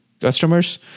customers